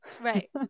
Right